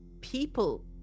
people